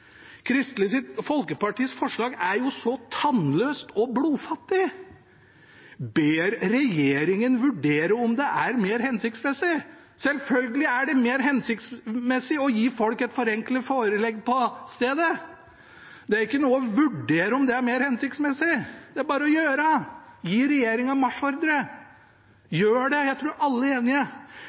Kristelig Folkepartis forslag er jo så tannløst og blodfattig: «… ber regjeringen vurdere om det er mer hensiktsmessig». Selvfølgelig er det mer hensiktsmessig å gi folk et forenklet forelegg på stedet! Det er ikke noe å «vurdere» om det er mer hensiktsmessig. Det er bare å gjøre det – gi regjeringen marsjordre! Gjør det! Jeg tror alle er enige.